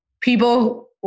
people